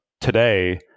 today